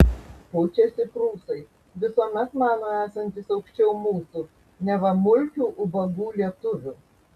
pučiasi prūsai visuomet mano esantys aukščiau mūsų neva mulkių ubagų lietuvių